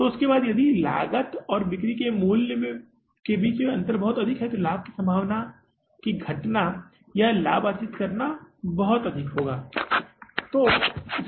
तो उसके बाद यदि लागत और बिक्री मूल्य के बीच का अंतर बहुत अधिक है तो लाभ की संभावना की घटना लाभ अर्जित करना बहुत अधिक है